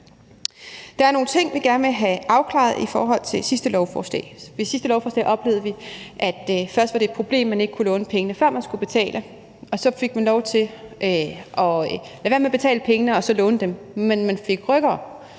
Der er nogle ting, vi gerne vil have afklaret i forhold til sidste lovforslag. Ved sidste lovforslag oplevede vi, at det først var et problem, at man ikke kunne låne pengene, før man skulle betale, og så fik man lov til at lade være med at betale pengene og så låne dem, men man fik rykkere.